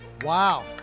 Wow